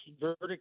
verdict